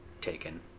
taken